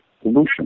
solution